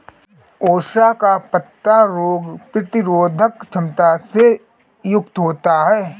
सोआ का पत्ता रोग प्रतिरोधक क्षमता से युक्त होता है